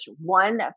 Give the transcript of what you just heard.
one